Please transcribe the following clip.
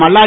Malladi